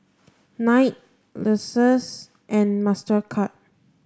Knight Lexus and Mastercard